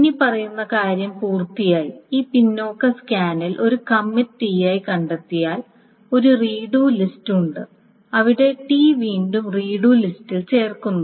ഇനിപ്പറയുന്ന കാര്യം പൂർത്തിയായി ഈ പിന്നാക്ക സ്കാനിൽ ഒരു കമ്മിറ്റ് Ti കണ്ടെത്തിയാൽ ഒരു റീഡു ലിസ്റ്റ് ഉണ്ട് അവിടെ ടി വീണ്ടും റീഡു ലിസ്റ്റിൽ ചേർക്കുന്നു